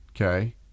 okay